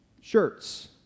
shirts